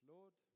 Lord